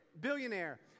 billionaire